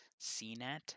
CNET